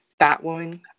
Batwoman